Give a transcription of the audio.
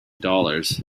dollars